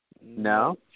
No